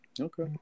Okay